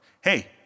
Hey